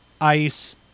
ice